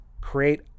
create